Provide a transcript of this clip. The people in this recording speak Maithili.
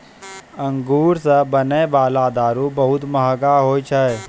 अंगूरो से बनै बाला दारू बहुते मंहगा होय छै